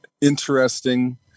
interesting